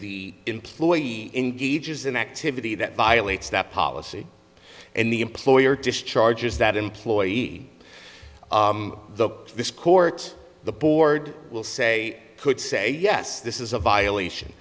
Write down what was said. the employee engages in activity that violates that policy and the employer discharges that employee the this court the board will say could say yes this is a violation